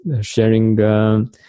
sharing